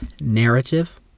narrative